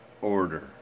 order